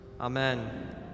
Amen